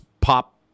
pop